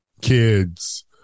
kids